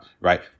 Right